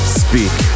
speak